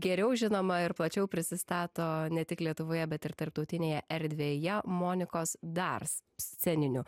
geriau žinoma ir plačiau prisistato ne tik lietuvoje bet ir tarptautinėje erdvėje monikos dars sceniniu